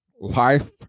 life